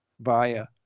via